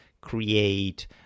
create